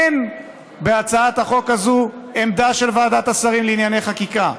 אין בהצעת החוק הזו עמדה של ועדת השרים לענייני חקיקה.